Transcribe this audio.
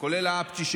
כולל האפצ'י,